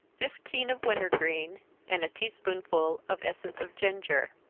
fifteen of winter-green, and a tea-spoonful of essence of ginger.